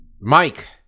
Mike